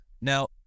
Now